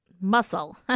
muscle